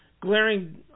glaring